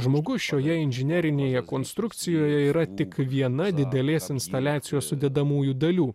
žmogus šioje inžinerinėje konstrukcijoje yra tik viena didelės instaliacijos sudedamųjų dalių